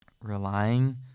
relying